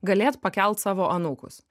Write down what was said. galėt pakelt savo anūkus